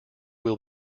will